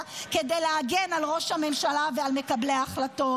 כדי להגן על ראש הממשלה ועל מקבלי ההחלטות.